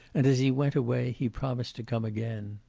and, as he went away, he promised to come again.